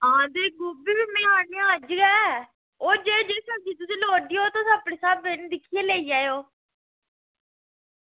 आं तो गोभी भी में आह्नेआ हा अज्ज गै ओह् जे जे सब्ज़ी लोड़दी होग ओह् तुस अपने स्हाबै कन्नै लेई जायो